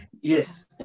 Yes